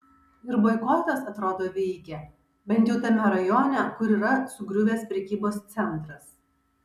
ir boikotas atrodo veikia bent jau tame rajone kur yra sugriuvęs prekybos centras